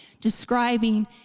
describing